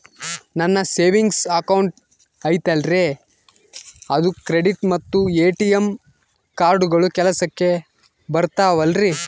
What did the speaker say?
ನನ್ನ savings account ಐತಲ್ರೇ ಅದು ಕ್ರೆಡಿಟ್ ಮತ್ತ ಎ.ಟಿ.ಎಂ ಕಾರ್ಡುಗಳು ಕೆಲಸಕ್ಕೆ ಬರುತ್ತಾವಲ್ರಿ?